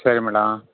சரி மேடம்